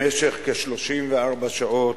במשך כ-34 שעות,